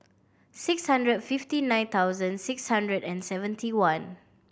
six hundred fifty nine thousand six hundred and seventy one